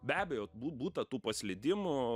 be abejo bū būta tų paslydimų